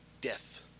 death